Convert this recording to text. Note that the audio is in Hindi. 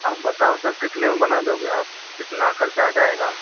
आप बताओ सर कितने में बना दोगे आप कितना खर्चा आ जाएगा